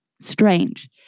strange